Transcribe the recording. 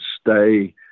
stay